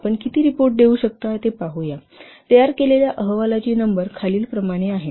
आपण किती रिपोर्ट देऊ शकता ते पाहूया तयार केलेल्या रिपोर्ट नंबर खालीलप्रमाणे आहे